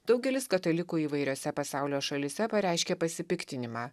daugelis katalikų įvairiose pasaulio šalyse pareiškė pasipiktinimą